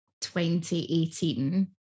2018